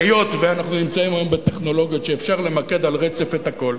היות שאנחנו נמצאים היום בטכנולוגיות שמאפשרות למקד על רצף את הכול,